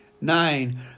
Nine